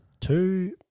two